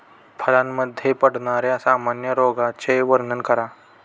फळांमध्ये पडणाऱ्या सामान्य रोगांचे वर्णन करा